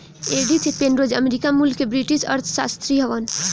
Edith Penrose America मूल के British अर्थशास्त्री हउवन